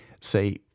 say